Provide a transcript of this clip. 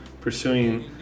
pursuing